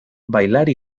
bailar